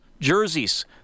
jerseys